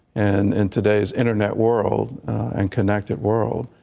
and and today's internet world and connected world.